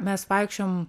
mes vaikščiojom